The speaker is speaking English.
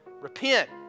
repent